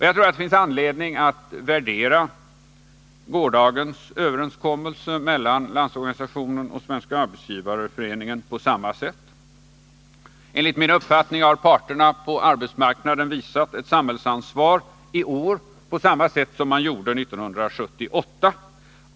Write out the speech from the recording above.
Jag tror att det finns anledning att värdera gårdagens överenskommelse mellan Landsorganisationen och Svenska arbetsgivareföreningen på samma sätt. Enligt min uppfattning har parterna på arbetsmarknaden visat ett samhällsansvar i år, på samma sätt som man gjorde 1978.